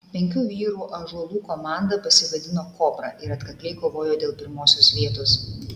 penkių vyrų ąžuolų komanda pasivadino kobra ir atkakliai kovojo dėl pirmosios vietos